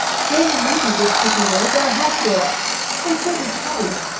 jane and ruby did pretty well they're halfway up and so did charlie.